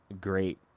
great